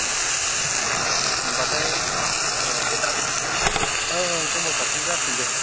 औ होनबाथाय अ दे ओं ओं कमल कातखौनो जासिगोन दे